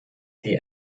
die